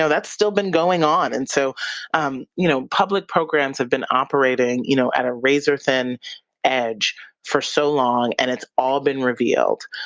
so that's still been going on. and so um you know public programs have been operating you know at a razor thin edge for so long and it's all been revealed.